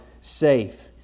safe